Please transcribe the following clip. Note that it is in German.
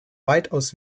weitaus